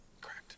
Correct